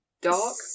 Dark